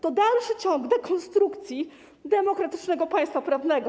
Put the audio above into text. To dalszy ciąg dekonstrukcji demokratycznego państwa prawnego.